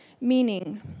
meaning